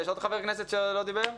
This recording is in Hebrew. יש עוד חברי כנסת שלא דיברו?